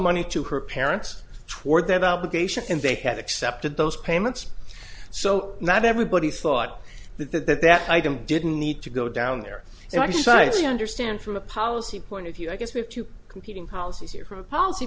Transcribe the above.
money to her parents toward that obligation and they had accepted those payments so not everybody thought that that that that item didn't need to go down there and i cited you understand from a policy point of view i guess we have two competing policies here from a policy